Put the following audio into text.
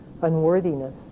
unworthiness